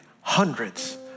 hundreds